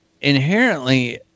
inherently